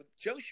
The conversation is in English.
Joe